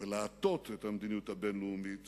ולהטות את המדיניות הבין-לאומית